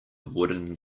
wooden